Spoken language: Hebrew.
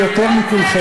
הוא מטיף לה מוסר.